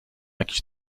jakiś